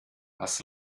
was